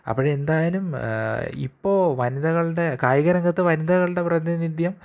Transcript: അപ്പോള് എന്തായാലും ഇപ്പോള് വനിതകളുടെ കായികരംഗത്ത് വനിതകളുടെ പ്രതിനിധ്യം